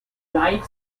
client